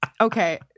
okay